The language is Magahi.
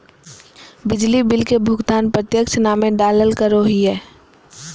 बिजली बिल के भुगतान प्रत्यक्ष नामे डालाल करो हिय